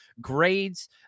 grades